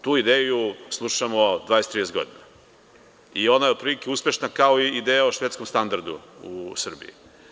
Tu ideju slušamo 20-30 godina i ona je otprilike uspešna kao i ideja o švedskom standardu u Srbiji.